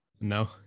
No